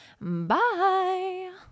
Bye